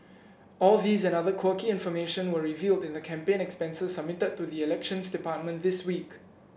all these and other quirky information were revealed in the campaign expenses submitted to the Elections Department this week